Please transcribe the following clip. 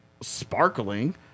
sparkling